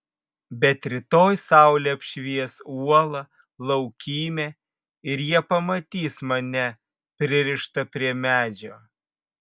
bet rytoj saulė apšvies uolą laukymę ir jie pamatys mane pririštą prie medžio